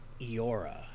Eora